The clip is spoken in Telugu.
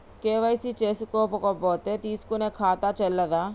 కే.వై.సీ చేసుకోకపోతే తీసుకునే ఖాతా చెల్లదా?